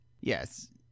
Yes